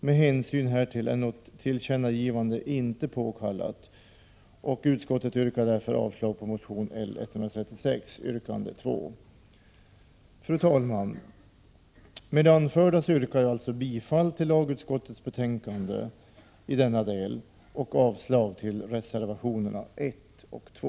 Med hänsyn härtill är något tillkännagivande inte påkallat, och utskottet yrkar därför avslag på motion L136 yrkande 2. Fru talman! Med det anförda yrkar jag bifall till lagutskottets hemställan i denna del och avslag på reservationerna 1 och 2.